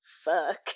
fuck